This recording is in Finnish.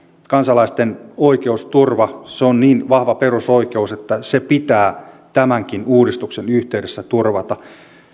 kansalaisten oikeusturva on niin vahva perusoikeus että se pitää tämänkin uudistuksen yhteydessä turvata